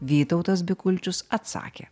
vytautas bikulčius atsakė